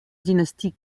dynastie